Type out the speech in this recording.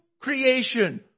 creation